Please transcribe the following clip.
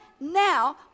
now